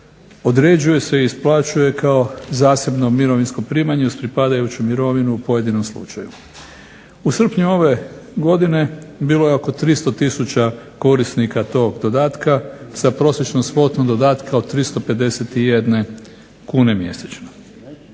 određuje se i isplaćuje kao zasebno mirovinsko primanje uz pripadajuću mirovinu u pojedinom slučaju. U srpnju ove godine bilo je oko 300 tisuća korisnika tog dodatka sa prosječnom svotom dodatka od 351 kune mjesečno.